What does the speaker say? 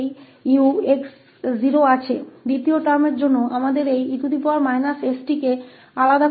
दूसरे पद के लिए हमें इस e st में अंतर करना होगा इसलिए −𝑠 पद आएगा